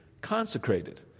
consecrated